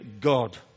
God